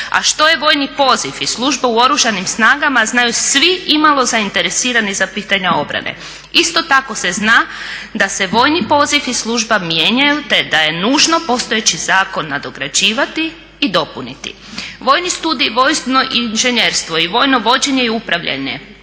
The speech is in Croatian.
A što je vojni poziv i služba u Oružanim snagama znaju svi imalo zainteresirani za pitanja obrane. Isto tako se zna da se vojni poziv i služba mijenjaju te da je nužno postojeći zakon nadograđivati i dopuniti. Vojni studij, Vojno inženjerstvo i vojno vođenje i upravljanje